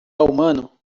humano